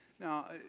Now